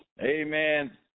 Amen